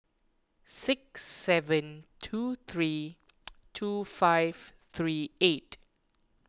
six seven two three two five three eight